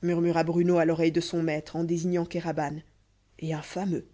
murmura bruno à l'oreille de son maître en désignant kéraban et un fameux